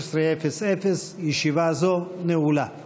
בשעה 16:00. ישיבה זו נעולה.